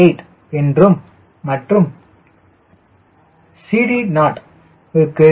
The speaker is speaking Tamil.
8 என்றும் மற்றும் CD0 விற்கு 0